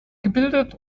gebildet